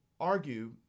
argue